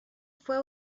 fue